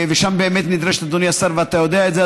ושם היא באמת נדרשת, אדוני השר, ואתה יודע את זה.